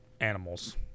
animals